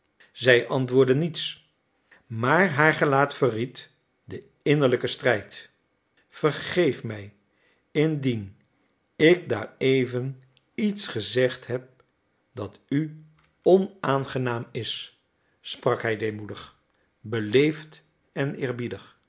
zij antwoordde niets maar haar gelaat verried den innerlijken strijd vergeef mij indien ik daareven iets gezegd heb dat u onaangenaam is sprak hij deemoedig beleefd en eerbiedig